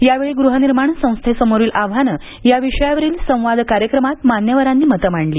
यावेळी गृहनिर्माण संस्थांसमोरील आव्हाने या विषयावरील संवाद कार्यक्रमात मान्यवरांनी मते मांडली